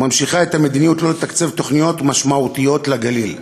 וממשיכה את המדיניות של לא לתקצב תוכניות משמעותיות לגליל.